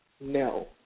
No